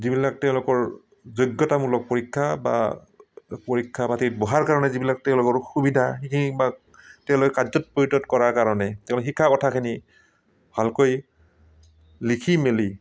যিবিলাক তেওঁলোকৰ যোগ্যাতামূলক পৰীক্ষা বা পৰীক্ষা পাতিত বহাৰ কাৰণে যিবিলাক তেওঁলোকৰ সুবিধা সেইখিনি তেওঁলোকে কাৰ্যত পৰিণত কৰাৰ কাৰণে তে শিকা কথাখিনি ভালকৈ লিখি মেলি